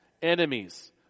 enemies